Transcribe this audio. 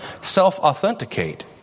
self-authenticate